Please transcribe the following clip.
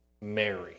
Mary